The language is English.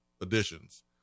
additions